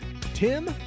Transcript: Tim